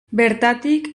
bertatik